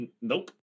Nope